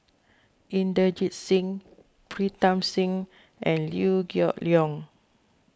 Inderjit Singh Pritam Singh and Liew Geok Leong